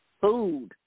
food